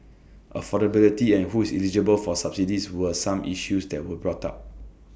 affordability and who is eligible for subsidies were some issues that were brought up